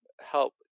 help